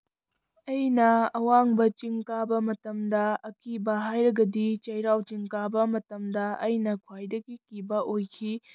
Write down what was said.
ꯑꯩꯅ ꯑꯋꯥꯡꯕ ꯆꯤꯡ ꯀꯥꯕ ꯃꯇꯝꯗ ꯑꯀꯤꯕ ꯍꯥꯏꯔꯒꯗꯤ ꯆꯩꯔꯥꯎ ꯆꯤꯡ ꯀꯥꯕ ꯃꯇꯝꯗ ꯑꯩꯅ ꯈ꯭ꯋꯥꯏꯗꯒꯤ ꯀꯤꯕ ꯑꯣꯏꯈꯤ